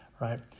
right